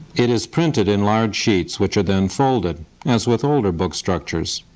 it is printed in large sheets, which are then folded as with older book structures.